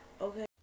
Okay